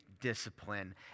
discipline